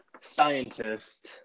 scientist